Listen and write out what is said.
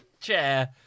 chair